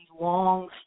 long